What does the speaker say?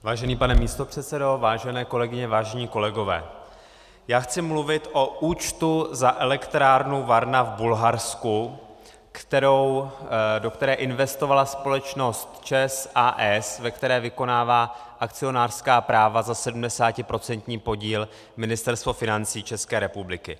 Vážený pane místopředsedo, vážené kolegyně, vážení kolegové, chci mluvit o účtu za elektrárnu Varna v Bulharsku, do které investovala společnost ČEZ, a. s., ve které vykonává akcionářská práva za 70% podíl Ministerstvo financí České republiky.